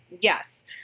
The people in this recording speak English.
Yes